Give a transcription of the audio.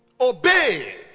Obey